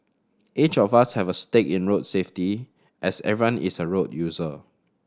each of us have a stake in road safety as everyone is a road user